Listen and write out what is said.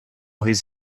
his